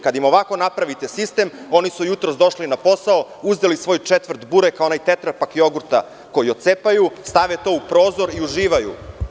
Kada im ovako napravite sistem, oni su jutros došli na posao, uzeli svoj četvrt bureka i onaj tetrapak jogurta koji otcepaju, stave to u prozor i uživaju.